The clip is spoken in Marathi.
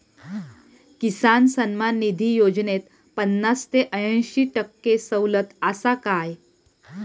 किसान सन्मान निधी योजनेत पन्नास ते अंयशी टक्के सवलत आसा काय?